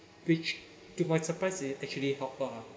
which to my surprise it actually help ah